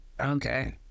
Okay